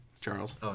Charles